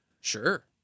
Sure